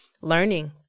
learning